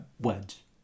wedge